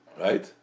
right